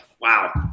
wow